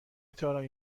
طارمی